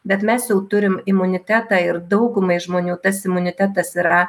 bet mes jau turim imunitetą ir daugumai žmonių tas imunitetas yra